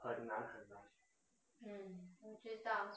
很难很难